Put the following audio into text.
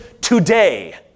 today